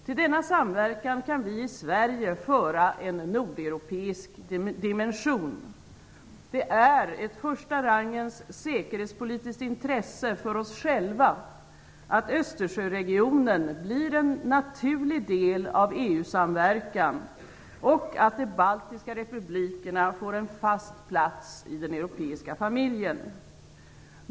Till denna samverkan kan vi i Sverige föra en nordeuropeisk dimension. Det är ett första rangens säkerhetspolitiskt intresse för oss själva att Östersjöregionen blir en naturlig del av EU samverkan och att de baltiska republikerna får en fast plats i den europeiska familjen.